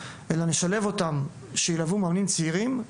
אלא נשלב אותם שילוו מאמנים צעירים,